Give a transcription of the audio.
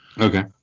Okay